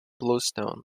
bluestone